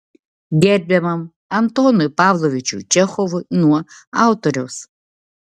gerbiamam antonui pavlovičiui čechovui nuo autoriaus